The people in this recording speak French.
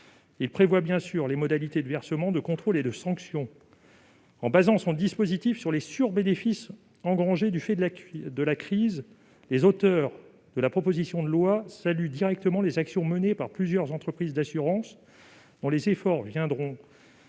précédentes. Des modalités de versements, de contrôles et de sanction sont bien évidemment prévues. En basant leur dispositif sur les « sur-bénéfices » engrangés du fait de la crise, les auteurs de la proposition de loi saluent directement les actions menées par plusieurs entreprises d'assurance, dont les efforts viendront